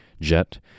jet